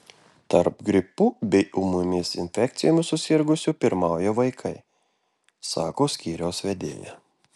tarp gripu bei ūmiomis infekcijomis susirgusiųjų pirmauja vaikai sako skyriaus vedėja